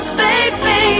baby